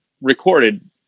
recorded